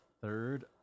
third